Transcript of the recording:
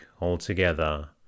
altogether